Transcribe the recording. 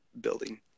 building